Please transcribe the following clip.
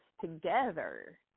together